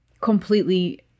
completely